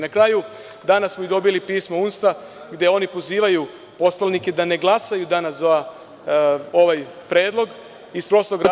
Na kraju, danas smo dobili pismo NUNS gde oni pozivaju poslanike da ne glasaju za ovaj predlog iz prostog razloga